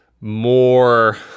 more